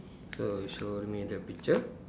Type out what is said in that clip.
so you showing me the picture